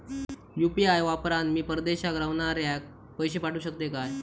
UPI वापरान मी परदेशाक रव्हनाऱ्याक पैशे पाठवु शकतय काय?